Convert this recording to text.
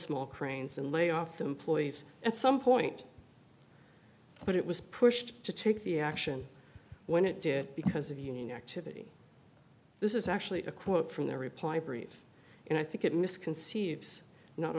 small cranes and lay off the employees at some point but it was pushed to take the action when it did because of union activity this is actually a quote from the reply brief and i think it misconceived not